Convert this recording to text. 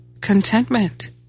contentment